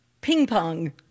ping-pong